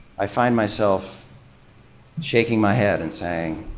i find myself shaking my head and saying,